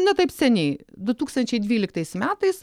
ne taip seniai du tūkstančiai dvyliktais metais